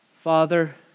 Father